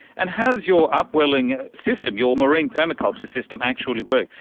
and how does your upwelling system, your marine permaculture system actually works?